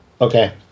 Okay